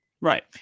Right